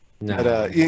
No